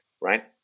right